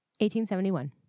1871